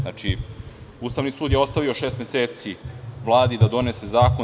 Znači, Ustavni sud je ostavio šest meseci vladi da donese zakon.